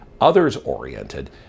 others-oriented